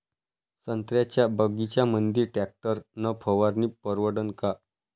संत्र्याच्या बगीच्यामंदी टॅक्टर न फवारनी परवडन का?